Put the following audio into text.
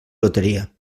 loteria